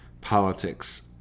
politics